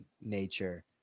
nature